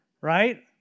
right